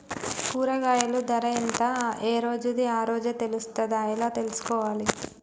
కూరగాయలు ధర ఎంత ఏ రోజుది ఆ రోజే తెలుస్తదా ఎలా తెలుసుకోవాలి?